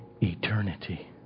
eternity